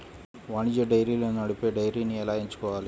వాణిజ్య డైరీలను నడిపే డైరీని ఎలా ఎంచుకోవాలి?